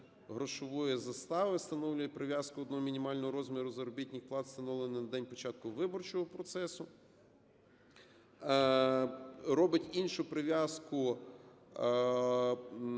грошової застави і встановлює прив'язку до мінімального розміру заробітних плат, встановлених на день початку виборчого процесу, робить іншу прив'язку